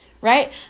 right